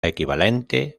equivalente